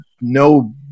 no